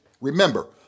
Remember